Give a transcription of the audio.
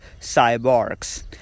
cyborgs